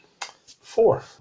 Four